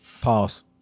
Pause